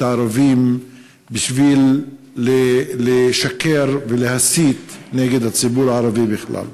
הערבים בשביל לשקר ולהסית נגד הציבור הערבי בכלל.